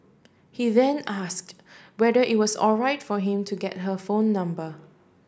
he then asked whether it was alright for him to get her phone number